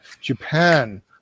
Japan